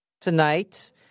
tonight